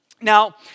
Now